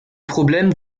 problèmes